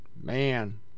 man